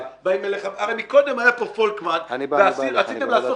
הרי קודם היה פה פולקמן ורציתם לעשות